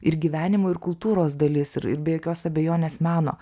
ir gyvenimo ir kultūros dalis ir ir be jokios abejonės meno